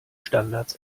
standards